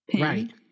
Right